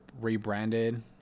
rebranded